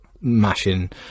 mashing